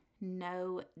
no